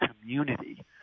community